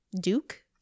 Duke